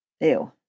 ew